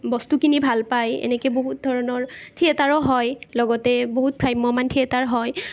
বস্তু কিনি ভাল পায় এনেকৈ বহুত ধৰণৰ থিয়েটাৰো হয় লগতে বহুত ভ্ৰাম্যমাণ থিয়েটাৰ হয়